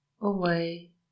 away